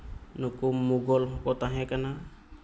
ᱱᱩᱠᱩ ᱢᱩᱜᱷᱚᱞ ᱠᱚ ᱛᱟᱦᱮᱸ ᱠᱟᱱᱟ